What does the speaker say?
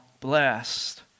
blessed